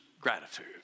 gratitude